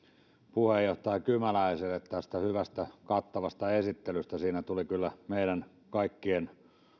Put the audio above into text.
puheenjohtaja kymäläiselle tästä hyvästä kattavasta esittelystä siinä tuli kyllä meidän kaikkien